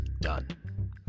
done